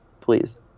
Please